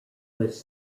was